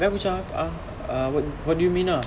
abeh aku macam uh ah what do you mean ah